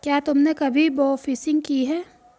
क्या तुमने कभी बोफिशिंग की है?